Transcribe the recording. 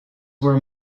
were